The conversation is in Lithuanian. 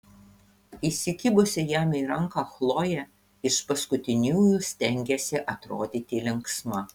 įsikibusi jam į ranką chlojė iš paskutiniųjų stengėsi atrodyti linksma